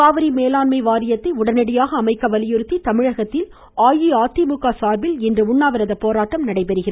காவிரி மேலாண்மை வாரியத்தை உடனடியாக அமைக்க வலியுறுத்தி தமிழகத்தில் அஇஅதிமுக சார்பில் இன்று உண்ணாவிரத போராட்டம் நடைபெறுகிறது